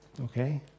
okay